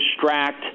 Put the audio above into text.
distract